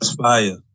Fire